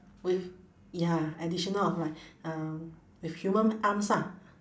with ya additional of like um with human arms ah